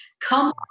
come